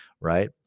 right